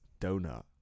Donut